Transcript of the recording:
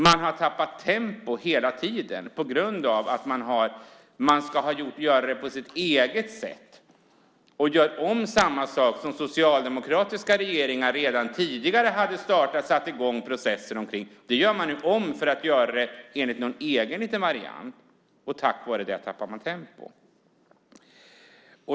Man har hela tiden tappat tempo på grund av att man ska göra det på sitt eget sätt och göra om samma saker som socialdemokratiska regeringar redan tidigare satt i gång processer för. Nu gör man om det för att göra sin egen variant, och på grund av det tappar man tempo.